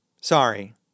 Sorry